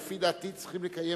אבל לפי דעתי צריכים לקיים,